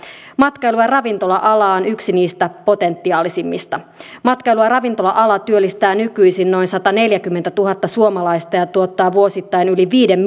matkailu ja ravintola ala on yksi niistä potentiaalisimmista matkailu ja ravintola ala työllistää nykyisin noin sataneljäkymmentätuhatta suomalaista ja tuottaa vuosittain yli viiden